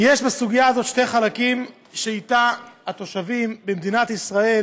יש בסוגיה הזאת שני חלקים שהתושבים במדינת ישראל,